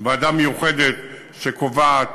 ועדה מיוחדת שקובעת